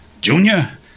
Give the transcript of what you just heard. Junior